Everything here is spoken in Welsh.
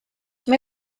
mae